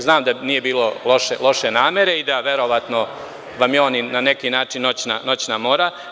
Znam da nije bilo loše namere i verovatno vam je on, na neki način, noćna mora.